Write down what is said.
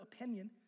opinion